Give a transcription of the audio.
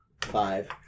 Five